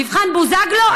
מבחן בוזגלו?